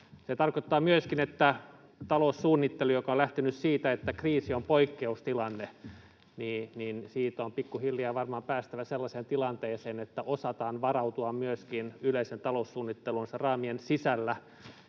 Se tarkoittaa myöskin, että taloussuunnittelusta, joka on lähtenyt siitä, että kriisi on poikkeustilanne, on pikkuhiljaa varmaan päästävä sellaiseen tilanteeseen, että osataan varautua myöskin yleisen taloussuunnittelun raamien sisällä